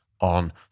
on